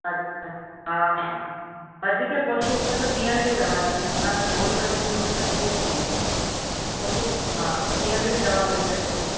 अच्छा हा हा वधीक कोशिश कजो पीअण जी दवा ॾिजो छाकाणि त गोरी वठण में मूंखे तकलीफ़ थींदी आहे कोशिश हा पीअण जी दवा वधीक ॾिजो